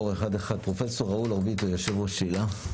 פרופ' ראול אורביטו, יושב-ראש איל"ה.